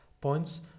points